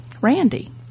randy